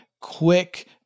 quick